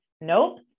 Nope